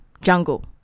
jungle